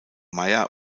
mayr